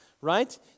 right